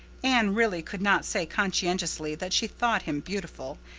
anne really could not say conscientiously that she thought him beautiful,